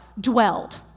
dwelled